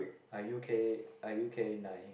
I U_K I U_K nine